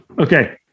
Okay